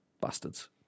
bastards